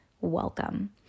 welcome